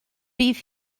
bydd